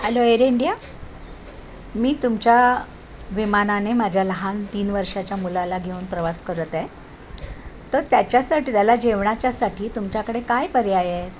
hello air India मी तुमच्या विमानाने माझ्या लहान तीन वर्षाच्या मुलाला घेऊन प्रवास करत आहे तर त्याच्यासाठी त्याला जेवणाच्यासाठी तुमच्याकडे काय पर्याय आहेत